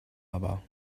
aber